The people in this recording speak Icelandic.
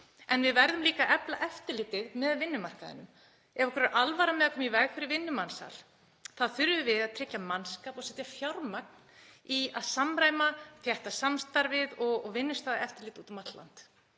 En við verðum líka að efla eftirlitið með vinnumarkaðnum. Ef okkur er alvara með að koma í veg fyrir vinnumansal þá þurfum við að tryggja mannskap og setja fjármagn í að samræma, þétta samstarfið og vinnustaðaeftirlit úti um allt land.